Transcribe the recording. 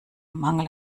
mangel